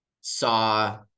saw